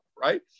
right